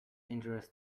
injurious